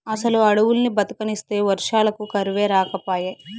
అసలు అడవుల్ని బతకనిస్తే వర్షాలకు కరువే రాకపాయే